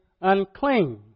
unclean